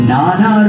Nana